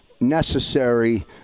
Necessary